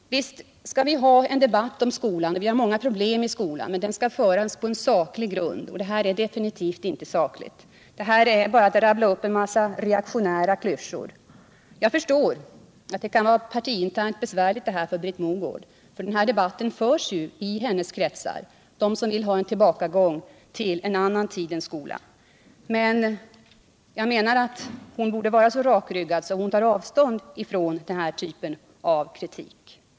Här har man rabblat upp en massa reaktionära klyschor. Jag kan förstå att detta kan vara besvärligt för Britt Mogård i det interna arbetet inom moderata samlingspartiet, eftersom den här debatten förs i hennes kretsar, av dem som vill ha en tillbakagång till en annan tids skola. Men jag anser att hon borde vara så rakryggad att hon tar avstånd från den här typen av kritik.